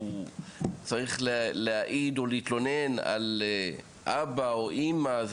צריך להעיד או להתלונן על אבא או אימא או אח,